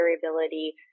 variability